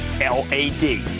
L-A-D